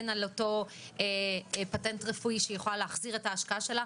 אותו פטנט רפואי שהיא יכולה להחזיר את ההשקעה שלה.